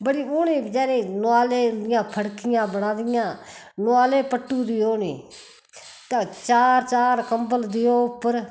उ'ने बचैरे नोआले दी फड़कियां बनादियां नोआले पट्टु देओ उ'नेंईं ते चार चार कम्बल देओ उप्पर